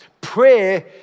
Prayer